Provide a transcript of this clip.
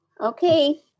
Okay